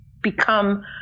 become